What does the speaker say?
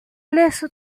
laisse